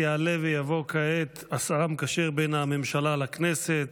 יעלה ויבוא כעת השר המקשר בין הממשלה לכנסת,